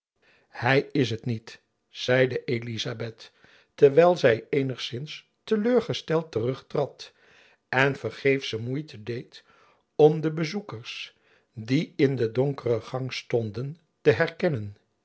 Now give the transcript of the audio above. hy is het niet zeide elizabeth terwijl zy eenigzins te leur gesteld terug trad en vergeefsche moeite jacob van lennep elizabeth musch deed om de bezoekers die in den donkeren gang stonden te herkennen